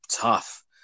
tough